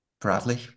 Bradley